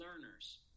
learners